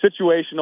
situational